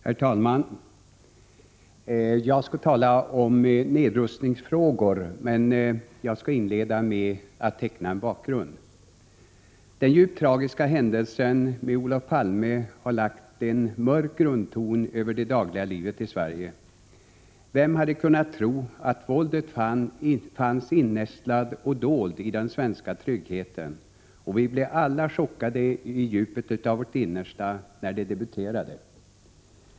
Herr talman! Jag skall tala om nedrustningsfrågor och vill inleda med att teckna en bakgrund. Den djupt tragiska händelsen med Olof Palme har lagt en mörk grundton över det dagliga livet i Sverige. Vem hade kunnat tro att våldet fanns innästlat och dolt i den svenska tryggheten? Vi blev alla chockade i djupet av vårt innersta när det debuterade.